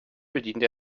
bediente